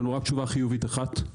יש לנו רק תשובה חיובית אחת.